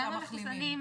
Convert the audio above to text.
גם המחוסנים.